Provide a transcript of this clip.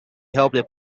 helped